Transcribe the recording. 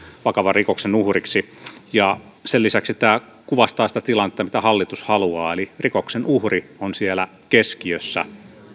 vakavan rikoksen uhriksi sen lisäksi tämä kuvastaa sitä tilannetta mitä hallitus haluaa eli rikoksen uhri on siellä keskiössä